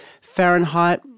Fahrenheit